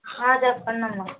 ఆ చెప్పండి అమ్మ